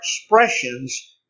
expressions